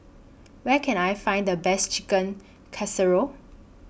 Where Can I Find The Best Chicken Casserole